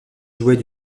jouait